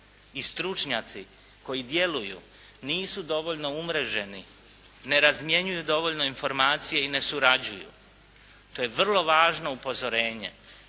i stručnjaci koji djeluju nisu dovoljno umreženi, ne razmjenjuju dovoljno informacije i ne surađuju. To je vrlo važno upozorenja